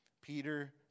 Peter